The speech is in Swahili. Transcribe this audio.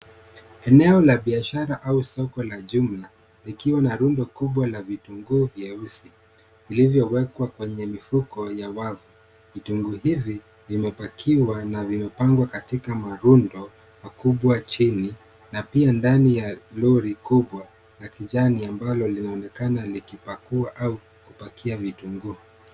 Eneo la biashara au soko la jumla likiwa na rundo kubwa la vitunguu vyeusi vilivyowekwa kwenye mifuko ya wavu. Vitungu hivi vimepakiwa na vimepangwa katika marundo makubwa chini na pia ndani ya lori kubwa la kijani ambalo linaonekana likipakua au kupakia vitunguu.